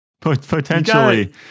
Potentially